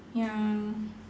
ya